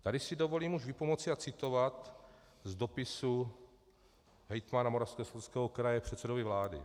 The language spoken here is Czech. Tady si dovolím už vypomoci a citovat z dopisu hejtmana Moravskoslezského kraje předsedovi vlády: